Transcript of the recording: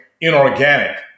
inorganic